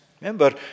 Remember